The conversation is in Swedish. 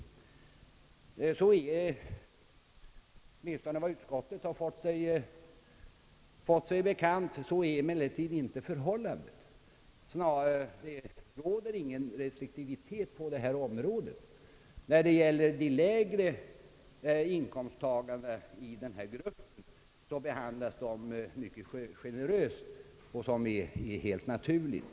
Så är emellertid inte förhållandet, åtminstone vad utskottet har fått sig bekant. Det råder ingen restriktivitet, utan de lägre inkomsttagarna i denna grupp behandlas mycket generöst, vilket är helt naturligt.